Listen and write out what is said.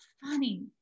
funny